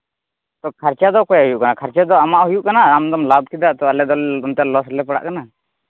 ᱠᱷᱚᱨᱪᱟ ᱫᱚ ᱚᱠᱚᱭᱟᱜ ᱦᱩᱭᱩᱜ ᱠᱟᱱᱟ ᱠᱷᱚᱨᱪᱟ ᱫᱚ ᱟᱢᱟᱜ ᱦᱩᱭᱩᱜ ᱠᱟᱱᱟ ᱟᱢᱫᱚᱢ ᱞᱟᱵᱷ ᱠᱮᱫᱟ ᱛᱚ ᱟᱞᱮ ᱫᱚᱞᱮ ᱞᱚᱥ ᱨᱮᱞᱮ ᱯᱟᱲᱟᱜ ᱠᱟᱱᱟ